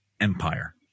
empire